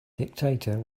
dictator